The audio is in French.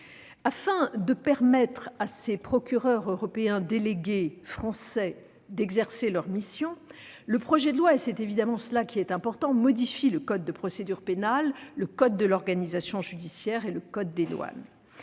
Afin de permettre à ces procureurs européens délégués français d'exercer leur mission, le projet de loi- c'est évidemment cela qui est important -modifie le code de procédure pénale, le code de l'organisation judiciaire et le code des douanes.